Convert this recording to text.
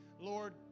Lord